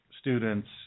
students